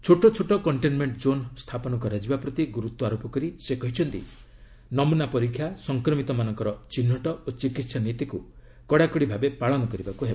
ଛୋଟ ଛୋଟ containment zone ସ୍ଥାପନ କରାଯିବା ପ୍ରତି ଗୁରୁତ୍ୱାରୋପ କରି ସେ କହିଛନ୍ତି ନମୁନା ପରୀକ୍ଷା ସଂକ୍ରମିତମାନଙ୍କ ଚିହ୍ନଟ ଓ ଚିକିତ୍ସା ନୀତିକୁ କଡ଼ାକଡ଼ି ଭାବେ ପାଳନ କରିବାକୁ ହେବ